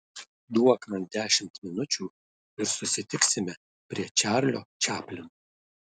duok man dešimt minučių ir susitiksime prie čarlio čaplino